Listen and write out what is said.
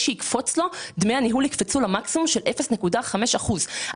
שדמי הניהול יקפצו למקסימום של 0.5 אחוז.